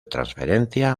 transferencia